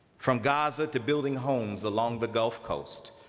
from gaza to building homes along the gulf coast,